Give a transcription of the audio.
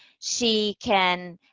she can,